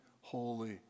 holy